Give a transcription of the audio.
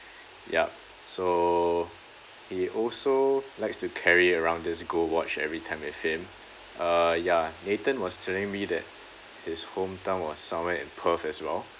yup so he also likes to carry around this gold watch every time with him uh ya nathan was telling me that his hometown was somewhere in perth as well